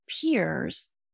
peers